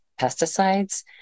pesticides